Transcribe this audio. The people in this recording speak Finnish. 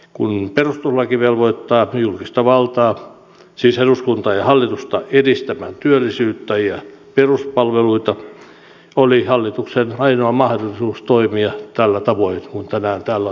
kun perustuslaki velvoittaa julkista valtaa siis eduskuntaa ja hallitusta edistämään työllisyyttä ja peruspalveluita oli hallituksen ainoa mahdollisuus toimia tällä tavoin kuin tänään täällä on ollut esillä